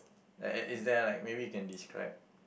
like is is there like maybe you can describe